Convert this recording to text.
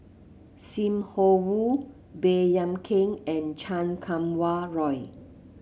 Sim Wong Hoo Baey Yam Keng and Chan Kum Wah Roy